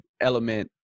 element